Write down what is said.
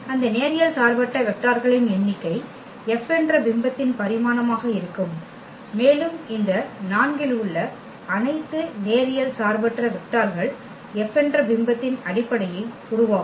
அந்த நேரியல் சார்பற்ற வெக்டார்களின் எண்ணிக்கை F என்ற பிம்பத்தின் பரிமாணமாக இருக்கும் மேலும் இந்த 4 இல் உள்ள நேரியல் சார்பற்ற வெக்டார்கள் F என்ற பிம்பத்தின் அடிப்படையை உருவாக்கும்